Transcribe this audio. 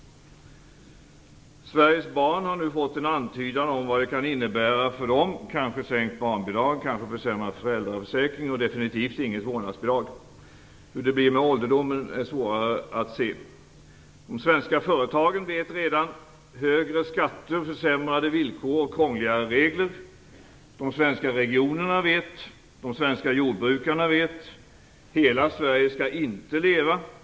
Sveriges barn har nu fått en antydan om vad detta kan innebära för dem. Det blir kanske sänkta barnbidrag och en försämrad föräldraförsäkring, och det blir definitivt inget vårdnadsbidrag. Hur det blir med ålderdomen är svårare att se. De svenska företagen vet redan att det blir högre skatter, försämrade villkor och krångligare regler. De svenska regionerna vet. De svenska jordbrukarna vet. Hela Sverige skall inte leva.